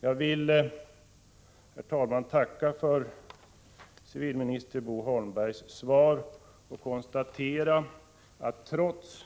Jag vill, herr talman, tacka för civilminister Bo Holmbergs svar och konstatera, att trots